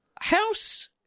House